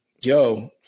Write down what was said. yo